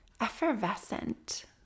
effervescent